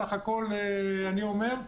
סך הכול אני אומר,